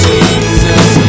Jesus